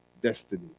destiny